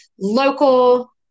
local